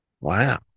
Wow